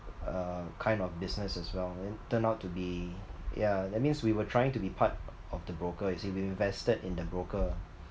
uh kind of business as well then turn out to be ya that means we were trying to be part of the broker you see we invested in the broker